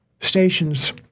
stations